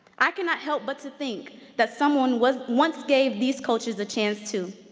i cannot help but to think that someone was once gave these coaches a chance too,